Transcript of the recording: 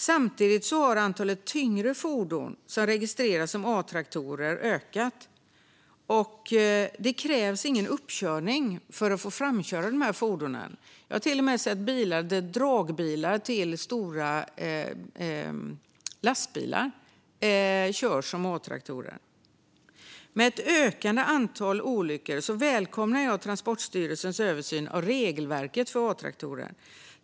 Samtidigt har antalet tyngre fordon som registreras som A-traktorer ökat, och det krävs ingen uppkörning för att få framföra fordonet. Jag har till och med sett att dragbilar till stora lastbilar körs som A-traktorer. Med ett ökande antal olyckor välkomnar jag Transportstyrelsens översyn av regelverket för A-traktorer.